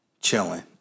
chilling